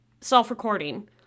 self-recording